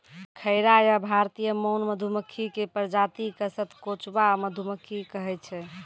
खैरा या भारतीय मौन मधुमक्खी के प्रजाति क सतकोचवा मधुमक्खी कहै छै